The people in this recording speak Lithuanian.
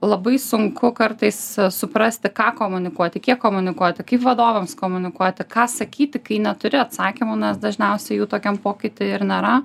labai sunku kartais suprasti ką komunikuoti kiek komunikuoti kaip vadovams komunikuoti ką sakyti kai neturi atsakymo nes dažniausiai jų tokiam pokyty ir nėra